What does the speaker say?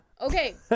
Okay